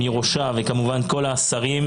מראשה וכמובן כל השרים,